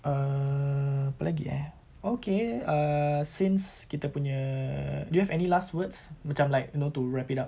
err apa lagi eh okay err since kita punya do you have any last words macam like you know to wrap it up